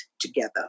together